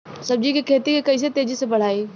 सब्जी के खेती के कइसे तेजी से बढ़ाई?